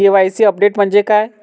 KYC update म्हणजे काय?